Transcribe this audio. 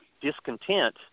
discontent